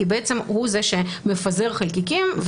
כי הוא זה שמפזר חלקיקים,